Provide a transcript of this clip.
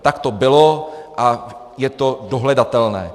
Tak to bylo a je to dohledatelné.